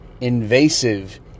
invasive